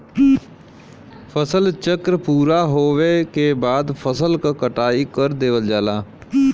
फसल चक्र पूरा होवे के बाद फसल क कटाई कर देवल जाला